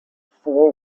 four